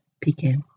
Pecan